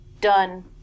done